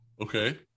Okay